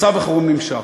מצב החירום נמשך.